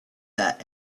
that